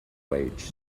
wage